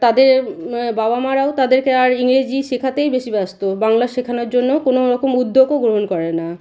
তাদের বাবা মারাও তাদেরকে আর ইংরেজি শেখাতেই বেশি ব্যস্ত বাংলা শেখানোর জন্য কোনো রকম উদ্যোগও গ্রহণ করে না